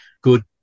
good